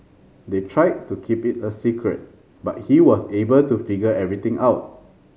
they tried to keep it a secret but he was able to figure everything out